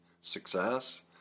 success